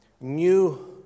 New